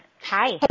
Hi